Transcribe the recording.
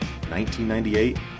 1998